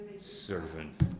servant